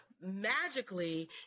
magically